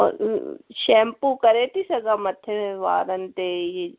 shampoo करे थी सघां मथे वारनि ते ए